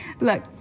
Look